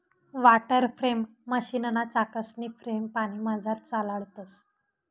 water frame मशीनना चाकसनी frame पानीमझार चालाडतंस